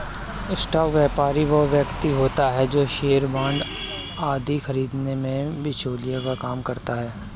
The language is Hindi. स्टॉक व्यापारी वो व्यक्ति होता है जो शेयर बांड आदि खरीदने में बिचौलिए का काम करता है